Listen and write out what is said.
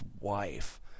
wife